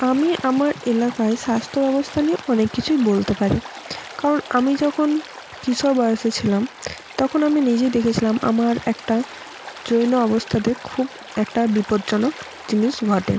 আমি আমার এলাকায় স্বাস্থ্য ব্যবস্থা নিয়ে অনেক কিছুই বলতে পারি কারণ আমি যখন কিশোর বয়সে ছিলাম তখন আমি নিজেই দেখেছিলাম আমার একটা জৈন অবস্থাতে খুব একটা বিপদজনক জিনিস ঘটে